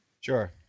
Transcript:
Sure